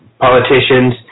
politicians